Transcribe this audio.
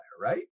right